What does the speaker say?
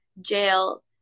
jail